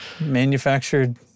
manufactured